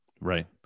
right